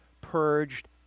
purged